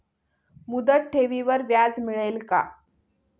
मुदत ठेवीवर व्याज मिळेल का?